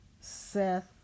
Seth